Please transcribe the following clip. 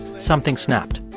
something snapped.